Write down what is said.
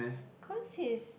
cause he is